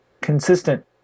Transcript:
consistent